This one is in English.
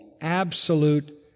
absolute